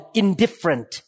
indifferent